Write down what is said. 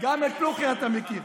גם את לוחי אתה מכיר.